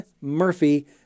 murphy